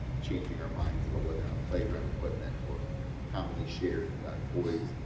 changing our minds about whether our playground equipment or commonly shared toys,